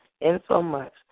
insomuch